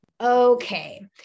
okay